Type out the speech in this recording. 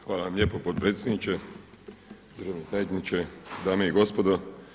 Hvala vam lijepo potpredsjedniče, državni tajniče, dame i gospodo.